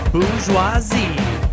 Bourgeoisie